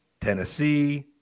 Tennessee